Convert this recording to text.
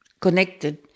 connected